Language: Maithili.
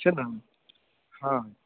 छै ने हँ हँ